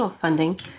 funding